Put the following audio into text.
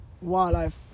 wildlife